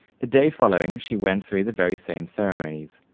the day following she went through the very same ceremonies.